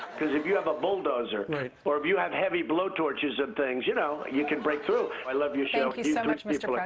cause, if you have a bulldozer right. or if you have heavy blowtorches and things, you know, you can break through. i love your show. thank you so much, mr. like